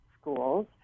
schools